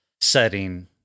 setting